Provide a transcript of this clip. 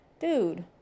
dude